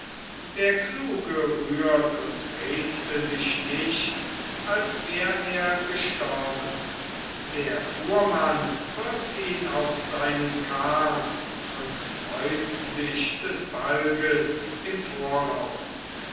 der kluge rührt und regte sich nicht als wär er gestorben der fuhrmann wirft ihn auf seinen karrn und freut sich des balges im voraus